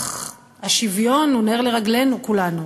כשהשוויון הוא נר לרגלינו כולנו?